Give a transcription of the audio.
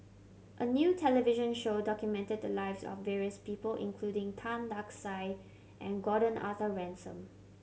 a new television show documented the lives of various people including Tan Lark Sye and Gordon Arthur Ransome